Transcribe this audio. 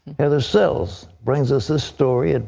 heather sells brings us this story, and